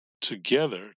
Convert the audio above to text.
together